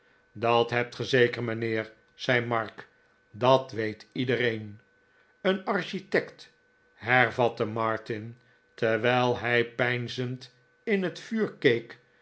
dat hebt ge zeker mijnheer zei mark dat weet iedereen een architect hervatte martin terwijl hij peinzend in het vuur